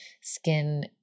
Skin